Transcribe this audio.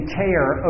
care